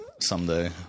someday